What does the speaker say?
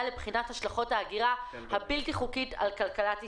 לבחינת השלכות ההגירה הבלתי חוקית על כלכלת ישראל,